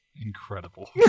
Incredible